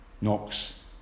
Knox